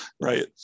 right